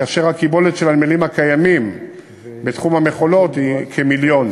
כאשר הקיבולת של הנמלים הקיימים בתחום המכולות היא כמיליון